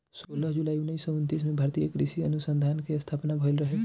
सोलह जुलाई उन्नीस सौ उनतीस में भारतीय कृषि अनुसंधान के स्थापना भईल रहे